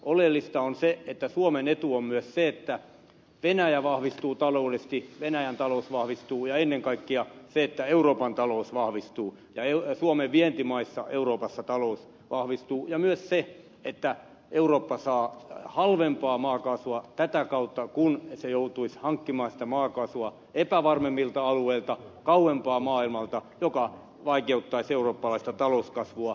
oleellista on se että suomen etu on myös se että venäjä vahvistuu taloudellisesti venäjän talous vahvistuu ja ennen kaikkea se että euroopan talous vahvistuu ja suomen vientimaissa euroopassa talous vahvistuu ja myös se että eurooppa saa halvempaa maakaasua tätä kautta kuin jos se joutuisi hankkimaan sitä maakaasua epävarmemmilta alueilta kauempaa maailmalta mikä vaikeuttaisi eurooppalaista talouskasvua